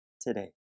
today